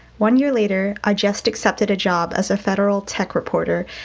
one year later, i just accepted a job as a federal tech reporter.